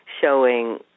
showing